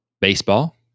baseball